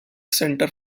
centre